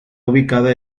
ubicada